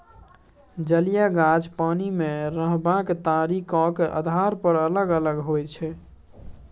जलीय गाछ पानि मे रहबाक तरीकाक आधार पर अलग अलग होइ छै